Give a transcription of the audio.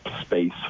space